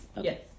Yes